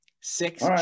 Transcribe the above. Six